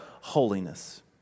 holiness